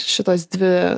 šitos dvi